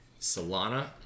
Solana